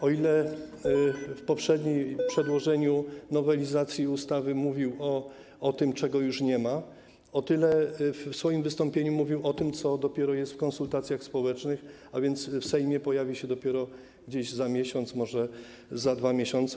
O ile w przypadku poprzedniego przedłożenia nowelizacji ustawy mówił o tym, czego już nie ma, o tyle w swoim wystąpieniu mówił o tym, co dopiero jest w konsultacjach społecznych, a więc w Sejmie pojawi się dopiero gdzieś za miesiąc, może za 2 miesiące.